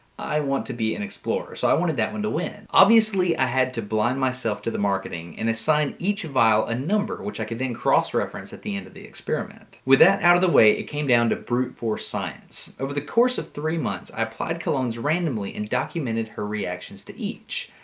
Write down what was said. i want to be an explorer so i wanted that one to win. obviously i had to blind myself to the marketing and assigned each vial a number which i could then cross reference at the end of the experiment. with that out of the way it came down to brute force science. over the course of three months i applied colognes randomly and documented her reactions to each.